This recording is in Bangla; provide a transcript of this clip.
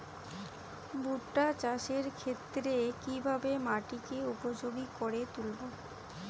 ভুট্টা চাষের ক্ষেত্রে কিভাবে মাটিকে উপযোগী করে তুলবো?